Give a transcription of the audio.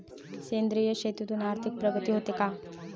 सेंद्रिय शेतीतून आर्थिक प्रगती होते का?